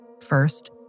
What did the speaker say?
First